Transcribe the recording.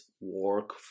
work